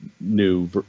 new